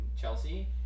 Chelsea